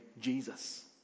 Jesus